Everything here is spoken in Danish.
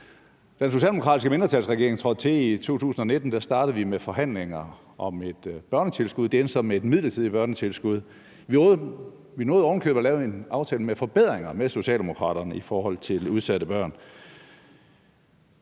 den socialdemokratiske mindretalsregering trådte til i 2019, startede vi med forhandlinger om et børnetilskud. Det endte så med et midlertidigt børnetilskud. Vi nåede ovenikøbet at lave en aftale med forbedringer med Socialdemokraterne i forhold til udsatte børn.